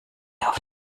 auf